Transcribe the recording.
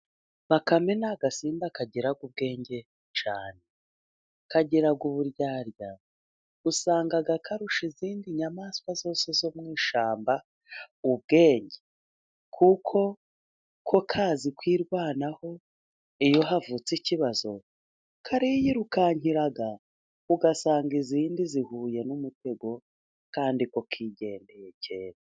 Bakame ni agasimba kagira ku bwenge cyane kagira uburyarya, usanga karusha izindi nyamaswa zose zo mu ishyamba ubwenge, kuko ko kazi kwirwanaho iyo havutse ikibazo kari yirukankira, ugasanga izindi zihuye n'umutego kandi ko kigendeye kera.